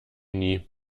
nie